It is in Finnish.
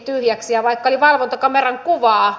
tämä käsitys on väärä